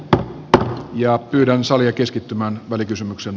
totta ja yhden salia keskittymään välikysymyksen